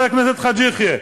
חבר הכנסת חאג' יחיא,